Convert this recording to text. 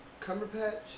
Cumberpatch